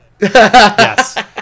Yes